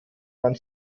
man